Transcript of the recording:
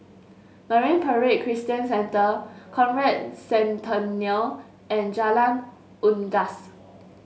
Marine Parade Christian Centre Conrad Centennial and Jalan Unggas